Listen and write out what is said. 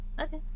Okay